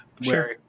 sure